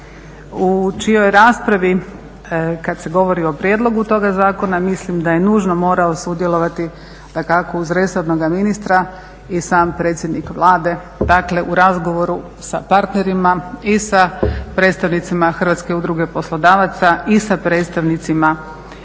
u čijoj raspravi kada se govori o prijedlogu toga zakona mislim da je nužno morao sudjelovati dakako uz resornog ministra i sam predsjednik Vlade, dakle u razgovoru sa partnerima i sa predstavnicima Hrvatske udruge poslodavaca i sa predstavnicima radnika odnosno